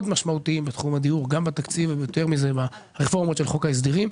משמעותיים בתקציב וברפורמות של חוק ההסדרים.